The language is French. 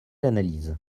l’analyse